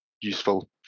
useful